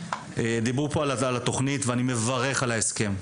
דיברו פה על התכנית ואני מברך על ההסכם.